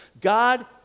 God